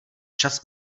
čas